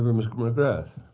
ms. mcgrath.